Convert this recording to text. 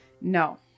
No